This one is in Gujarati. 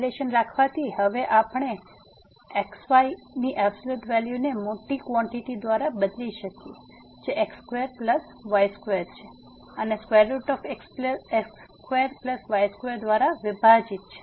આ રીલેશન રાખવાથી હવે આપણે આ | xy | ને મોટી કવાંટીટી દ્વારા બદલી શકીએ જે x2y2 છે અને x2y2 દ્વારા વિભાજિત